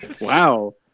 Wow